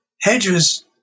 hedges